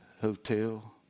hotel